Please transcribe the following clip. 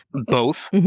both.